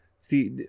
See